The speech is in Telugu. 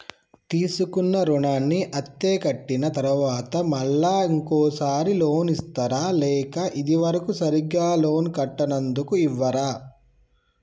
తీసుకున్న రుణాన్ని అత్తే కట్టిన తరువాత మళ్ళా ఇంకో సారి లోన్ ఇస్తారా లేక ఇది వరకు సరిగ్గా లోన్ కట్టనందుకు ఇవ్వరా?